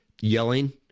yelling